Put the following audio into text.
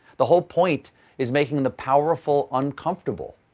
the whole point is making the powerful uncomfortable.